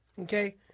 okay